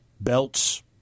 belts